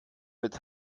mit